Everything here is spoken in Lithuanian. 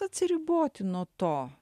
atsiriboti nuo to